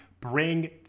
Bring